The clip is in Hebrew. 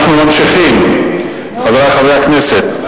אנחנו ממשיכים, חברי חברי הכנסת.